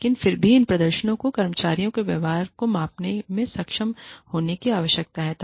लेकिन फिर भी इन प्रदर्शनों को कर्मचारियों के व्यवहार को मापने में सक्षम होने की आवश्यकता है